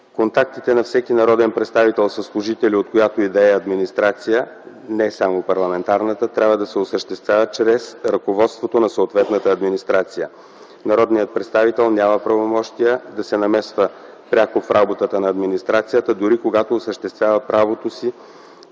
Контактите на всеки народен представител със служители от която и да е администрация (не само парламентарната) трябва да се осъществяват чрез ръководството на съответната администрация. Народният представител няма правомощия да се намесва пряко в работата на администрацията дори когато осъществява правото си